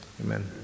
amen